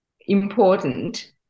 important